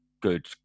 good